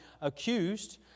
accused